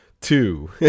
Two